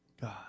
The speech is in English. God